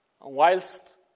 whilst